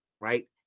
right